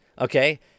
okay